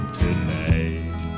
tonight